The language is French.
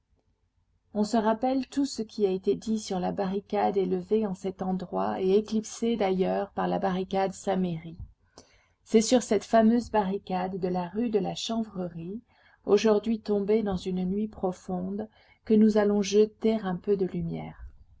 on se rappelle tout ce qui a été dit sur la barricade élevée en cet endroit et éclipsée d'ailleurs par la barricade saint-merry c'est sur cette fameuse barricade de la rue de la chanvrerie aujourd'hui tombée dans une nuit profonde que nous allons jeter un peu de lumière